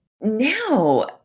now